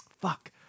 Fuck